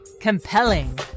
compelling